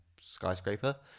skyscraper